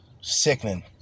Sickening